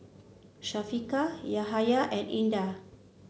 Syafiqah Yahaya and Indah